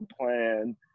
plan